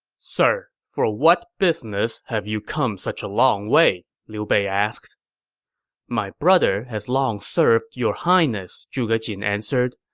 sir, for what business have you come such a long way? liu bei asked my brother has long served your highness, zhuge jin answered,